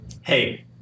hey